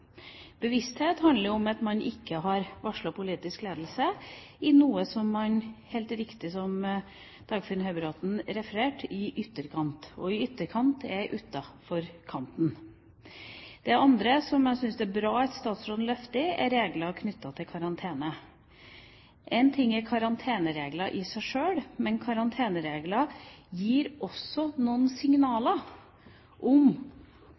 Bevissthet handler om at man ikke har varslet politisk ledelse om noe som – som Dagfinn Høybråten helt riktig refererte til – er i ytterkant, og i ytterkant er utenfor kanten. Det andre som jeg syns det er bra at statsråden løfter, er regler knyttet til karantene. Én ting er karanteneregler i seg sjøl, men karanteneregler gir også noen